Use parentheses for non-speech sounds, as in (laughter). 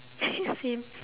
(laughs) same